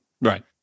right